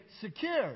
secure